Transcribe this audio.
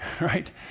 right